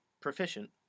proficient